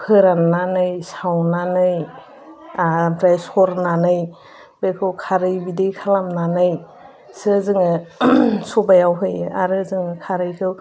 फोराननानै सावनानै ओमफ्राय सरनानै बेखौ खारै बिदै खालामनानैसो जोङो सबायाव होयो आरो जोङो खारैखौ